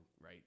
right